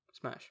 Smash